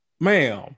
ma'am